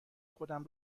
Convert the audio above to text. خودم